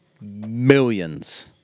millions